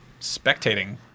spectating